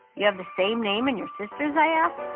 you have the same name, and you're sisters, i asked.